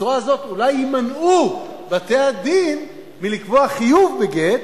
בצורה זאת, אולי יימנעו בתי-הדין מלקבוע חיוב בגט